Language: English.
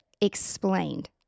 explained